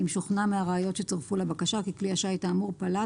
אם שוכנע מהראיות שצורפו לבקשה כי כלי השיט האמור פלט,